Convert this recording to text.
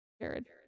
Jared